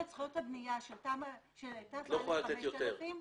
זכויות הבנייה של היתר מכוח תכנית 5000,